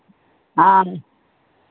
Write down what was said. हाँ